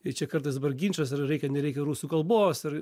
ir čia kartais dabar ginčas ar reikia nereikia rusų kalbos ar